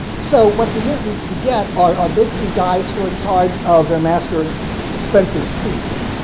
so what the unit needs to get are are basically guys who are in charge of their master's expensive steeds.